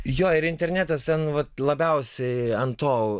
jo ir internetas ten vat labiausiai ant to